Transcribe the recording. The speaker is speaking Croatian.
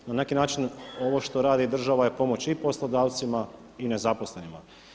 Na neki način ovo što radi država je pomoć i poslodavcima i nezaposlenima.